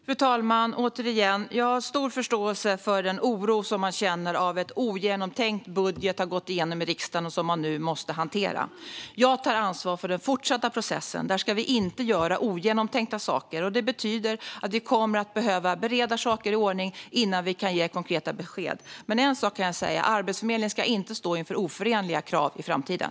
Fru talman! Jag har stor förståelse för den oro som man känner över att en ogenomtänkt budget har gått igenom i riksdagen, som man nu måste hantera. Jag tar ansvar för den fortsatta processen. Där ska vi inte göra ogenomtänkta saker. Det betyder att vi kommer att behöva bereda saker i ordning innan vi kan ge konkreta besked. Men en sak kan jag säga: Arbetsförmedlingen ska inte stå inför oförenliga krav i framtiden.